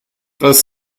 das